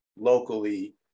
locally